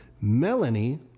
Melanie